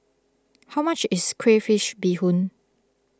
how much is Crayfish BeeHoon